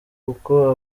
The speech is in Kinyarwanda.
kuko